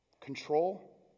control